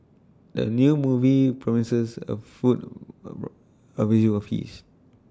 the new movie promises A food A visual feast